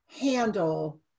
handle